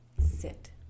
sit